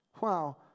Wow